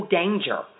danger